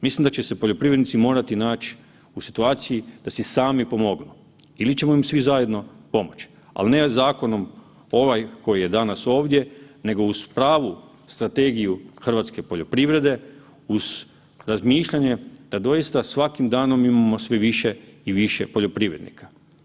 Mislim da će se poljoprivrednici morati nać u situaciji da si sami pomognu ili ćemo im svi zajedno pomoći, ali ne zakonom ovaj koji je danas ovdje nego uz pravu strategiju hrvatske poljoprivrede uz razmišljanje da doista svakim danom imamo sve više i više poljoprivrednika.